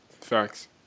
facts